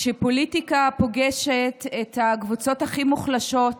שכשפוליטיקה פוגשת את הקבוצות הכי מוחלשות